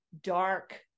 dark